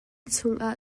chungah